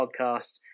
podcast